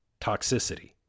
toxicity